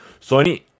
Sony